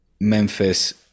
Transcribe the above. Memphis